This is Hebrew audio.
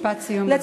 משפט סיום בבקשה.